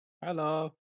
Hello